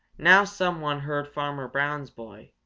now someone heard farmer brown's boy,